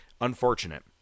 unfortunate